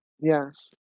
Yes